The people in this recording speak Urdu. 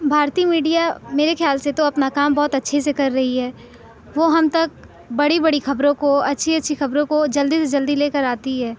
بھارتی میڈیا میرے خیال سے تو اپنا کام بہت اچھے سے کر رہی ہے وہ ہم تک بڑی بڑی خبروں کو اچھی اچھی خبروں کو جلدی سے جلدی لے کر آتی ہے